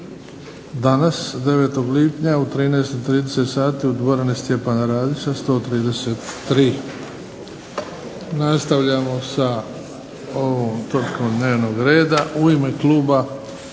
danas 9. lipnja u 13,30 sati u dvorani Stjepana Radića 133. Nastavljamo sa ovom točkom dnevnog reda, u ime Kluba